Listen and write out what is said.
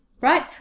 right